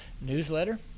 newsletter